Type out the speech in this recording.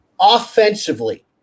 offensively